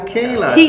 Kayla